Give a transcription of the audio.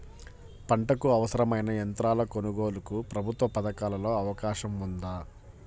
పంటకు అవసరమైన యంత్రాల కొనగోలుకు ప్రభుత్వ పథకాలలో అవకాశం ఉందా?